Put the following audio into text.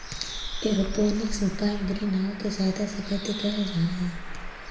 aeroponics में pipe आउ greenhouse के सहायता से खेती कैल जा हइ